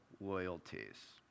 loyalties